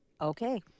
Okay